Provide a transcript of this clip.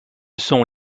sont